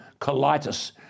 colitis